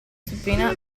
supina